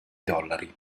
dollari